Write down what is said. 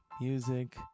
music